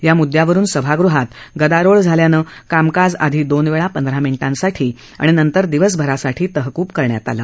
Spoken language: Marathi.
या मुद्यावरून सभागृहात गदारोळ झाल्यानं कामकाज आधी दोन वेळा पंधरा मिनिटांसाठी आणि नंतर दिवसभरासाठी तहकूब करण्यात आलं